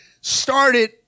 started